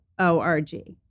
Org